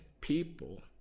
people